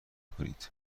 کنید